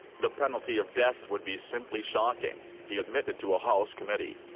the penalty of death would be simply shocking, he admitted to a house committee.